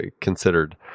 considered